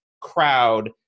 crowd